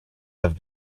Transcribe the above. have